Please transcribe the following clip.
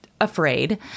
Afraid